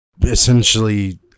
essentially